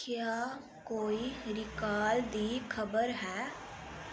क्या कोई रिकाल दी खबर है